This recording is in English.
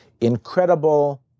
incredible